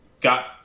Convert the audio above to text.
got